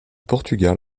portugal